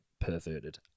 perverted